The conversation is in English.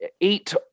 Eight